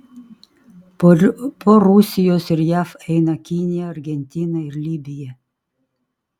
po rusijos ir jav eina kinija argentina ir libija